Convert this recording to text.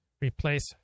replace